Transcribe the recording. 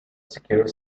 secure